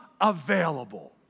available